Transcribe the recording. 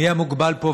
מי המוגבל פה,